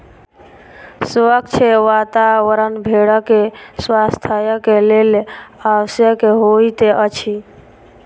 स्वच्छ वातावरण भेड़क स्वास्थ्यक लेल आवश्यक होइत अछि